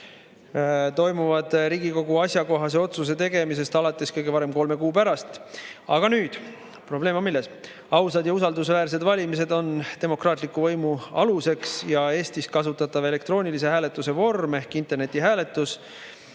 toimuvad Riigikogu asjakohase otsuse tegemisest alates kõige varem kolme kuu pärast. Milles nüüd on probleem? Ausad ja usaldusväärsed valimised on demokraatliku võimu aluseks. Eestis kasutatava elektroonilise hääletuse vorm ehk internetihääletus